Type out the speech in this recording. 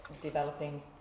developing